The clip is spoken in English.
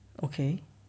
okay